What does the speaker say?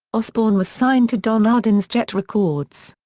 osbourne was signed to don arden's jet records.